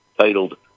titled